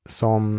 som